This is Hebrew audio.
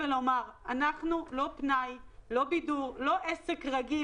אנחנו לא פנאי, לא בידור, לא עסק רגיל.